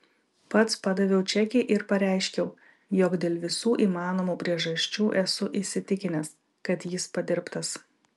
pats padaviau čekį ir pareiškiau jog dėl visų įmanomų priežasčių esu įsitikinęs kad jis padirbtas